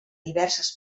diverses